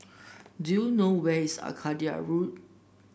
do you know where is Arcadia Road